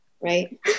Right